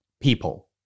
people